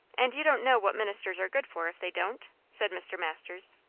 and you don't know what ministers are good for if they don't? said mr. masters.